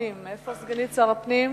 לא היו מתנגדים,